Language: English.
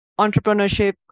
entrepreneurship